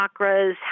chakras